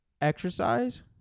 Exercise